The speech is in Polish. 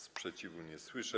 Sprzeciwu nie słyszę.